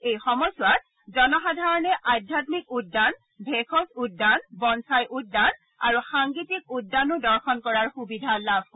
এই সময়ছোৱাত জনসাধাৰণে আধ্যাম্মিক উদ্যান ভেষজ উদ্যান বনছাই উদ্যান আৰু সাংগীতিক উদ্যানো দৰ্শন কৰাৰ সুবিধা লাভ কৰিব